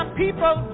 people